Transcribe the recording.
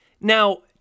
Now